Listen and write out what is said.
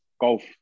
Golf